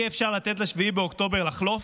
אי-אפשר לתת ל-7 באוקטובר לחלוף,